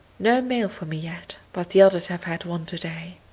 no mail for me yet, but the others have had one to-day.